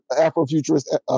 Afro-Futurist